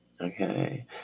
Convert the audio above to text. Okay